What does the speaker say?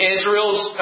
Israel's